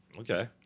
Okay